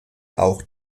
auch